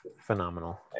phenomenal